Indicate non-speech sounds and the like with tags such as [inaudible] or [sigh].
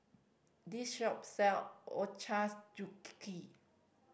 this shop sell Ochazuke [unintelligible]